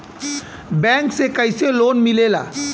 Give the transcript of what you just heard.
Bank से कइसे loan मिलेला?